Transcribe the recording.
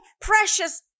precious